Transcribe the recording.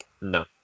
No